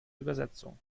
übersetzung